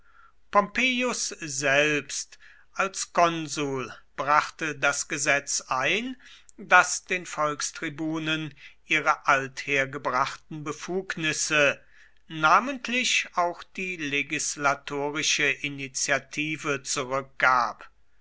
pompeius selbst als konsul brachte das gesetz ein das den volkstribunen ihre althergebrachten befugnisse namentlich auch die legislatorische initiative zurückgab